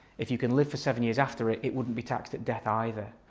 if you can live for seven years after it it wouldn't be taxed at death either.